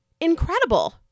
incredible